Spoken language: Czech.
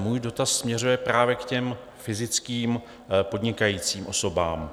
Můj dotaz směřuje právě k fyzickým podnikajícím osobám.